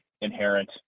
inherent